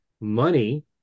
Money